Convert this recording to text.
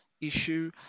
issue